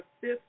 fifth